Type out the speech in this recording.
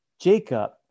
Jacob